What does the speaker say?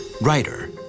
writer